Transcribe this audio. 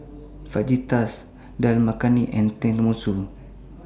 Fajitas Dal Makhani and Tenmusu